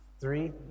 Three